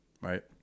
Right